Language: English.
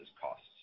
costs